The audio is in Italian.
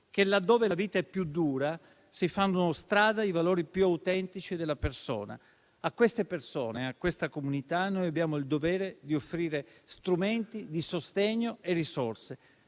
che laddove la vita è più dura si fanno strada i valori più autentici della persona. A queste persone e a questa comunità noi abbiamo il dovere di offrire strumenti di sostegno e risorse,